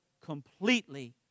completely